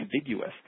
ambiguous